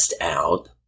out